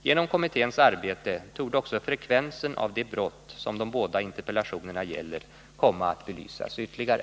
Genom kommitténs arbete torde också frekvensen av de brott som de båda interpellationerna gäller komma att belysas ytterligare.